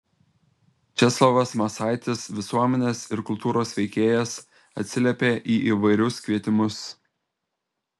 česlovas masaitis visuomenės ir kultūros veikėjas atsiliepia į įvairius kvietimus